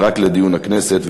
ורק לדיון הכנסת,